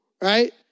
right